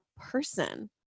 person